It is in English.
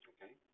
Okay